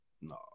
No